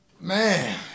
Man